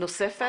נוספת?